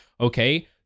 okay